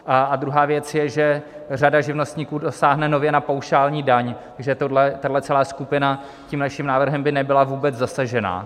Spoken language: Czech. A druhá věc je, že řada živnostníků dosáhne nově na paušální daň, takže tahle celá skupina by naším návrhem nebyla vůbec zasažena.